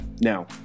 Now